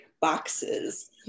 boxes